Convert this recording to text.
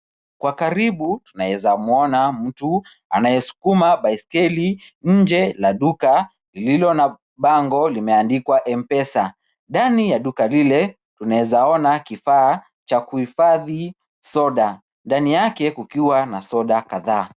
Kwa karibu tunaweza mwona mtu anayesukuma baiskeli nje la duka lililo na bango limeandikwa M-pesa. Ndani ya duka lile tunawezaona kifaa cha kuhifadhi soda ndani yake kukiwa na soda kadhaa.